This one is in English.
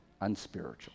unspiritual